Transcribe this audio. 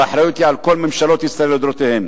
והאחריות היא של כל ממשלות ישראל לדורותיהן.